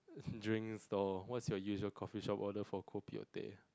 drinks stall what's your usual coffee shop order for kopi or teh